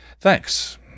Thanks